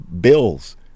bills